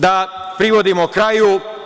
Da privodimo kraju.